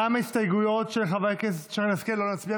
גם על ההסתייגות של חברת הכנסת שרן השכל לא נצביע,